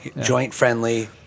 joint-friendly